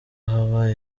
haba